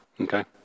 Okay